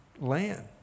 land